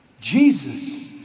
Jesus